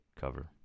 cover